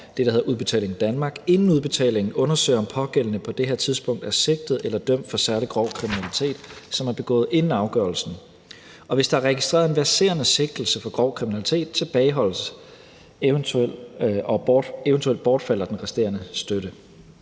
inden udbetalingen undersøger, om pågældende på det her tidspunkt er sigtet eller dømt for særlig grov kriminalitet, som er begået inden afgørelsen. Og hvis der er registreret en verserende sigtelse for grov kriminalitet, tilbageholdes og eventuelt bortfalder den resterende støtte.